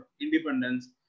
independence